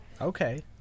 Okay